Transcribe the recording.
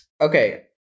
okay